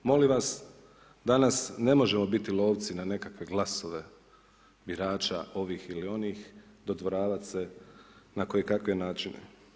Molim vas, danas ne možemo biti lovci na nekakve glasove birača ovih ili onih, dodvoravati se na koje kakve načine.